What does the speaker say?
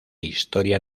historia